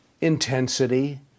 Intensity